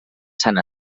sant